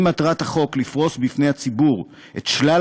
אם מטרת החוק לפרוס בפני הציבור את שלל